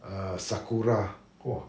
uh sakura